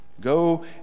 Go